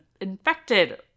infected